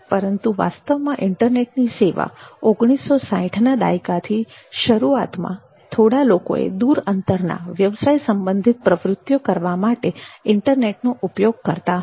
પરંતુ વાસ્તવમાં ઈન્ટરનેટની સેવા 1960ના દાયકાની શરૂઆતમાં થોડા લોકોએ દૂર અંતરના વ્યવસાય સંબંધિત પ્રવૃતિઓ કરવા માટે ઇન્ટરનેટનો ઉપયોગ કરતા હતા